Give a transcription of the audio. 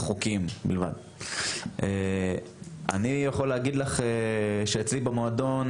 אני יכול להגיד לך שאצלי במועדון,